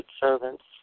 servants